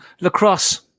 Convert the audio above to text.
lacrosse